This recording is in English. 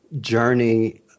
journey